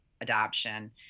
adoption